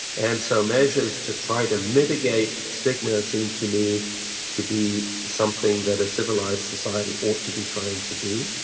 and so measures to try to mitigate stigma seem to me to be something that a civilised society ought to be trying to do.